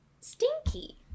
stinky